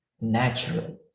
natural